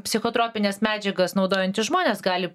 psichotropines medžiagas naudojantys žmonės gali